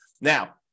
now